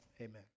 Amen